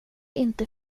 inte